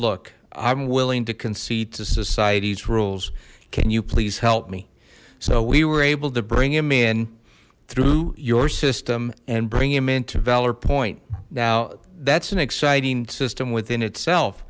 look i'm willing to concede to society's rules can you please help me so we were able to bring him in through your system and bring him into valor point now that's an exciting system within itself